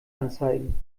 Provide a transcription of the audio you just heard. anzeigen